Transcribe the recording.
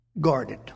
guarded